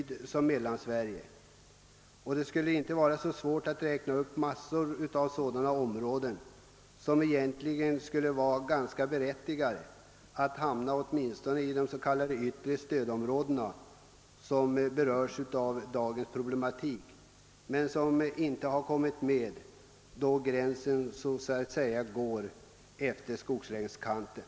Det skulle inte vara så svårt att räkna upp mängder av sådana bygder, som egentligen borde vara berättigade att hamna åtminstone i det s.k. yttre stödområdet men som inte har kommit med, då gränsen går så att säga efter skogslänskanten.